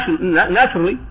naturally